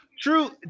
True